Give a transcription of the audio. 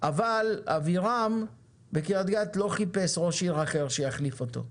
אבל אבירם בקריית גת לא חיפש ראש עיר אחר שיחליף אותו,